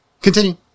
Continue